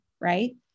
right